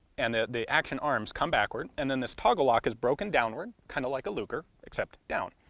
and the the action arms come backward, and then this toggle lock is broken downward, kind of like a luger, except down.